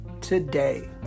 today